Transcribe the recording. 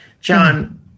John